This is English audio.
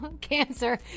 Cancer